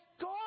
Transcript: God